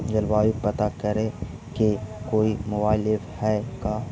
जलवायु पता करे के कोइ मोबाईल ऐप है का?